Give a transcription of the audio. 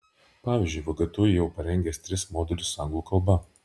pavyzdžiui vgtu jau parengęs tris modulius anglų kalba